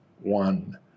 one